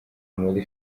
muri